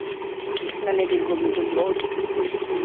नहीं नहीं बिल्कुल बिल्कुल बहुत